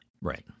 Right